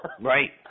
Right